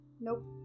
Nope